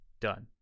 done